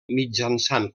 mitjançant